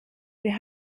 wir